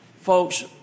folks